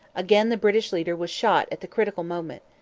again the british leader was shot at the critical moment.